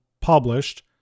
published